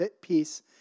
piece